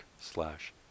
slash